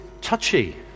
touchy